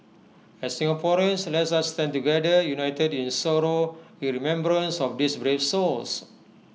as Singaporeans let us stand together united in sorrow in remembrance of these brave souls